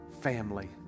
family